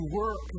work